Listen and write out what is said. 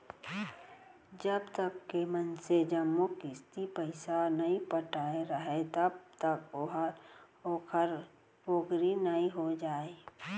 जब तक के मनसे जम्मो किस्ती पइसा नइ पटाय राहय तब तक ओहा ओखर पोगरी नइ हो जाय